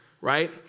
right